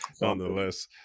nonetheless